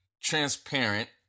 transparent